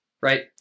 Right